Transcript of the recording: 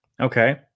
Okay